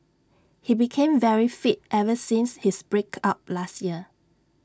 he became very fit ever since his break up last year